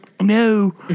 no